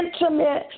intimate